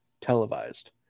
televised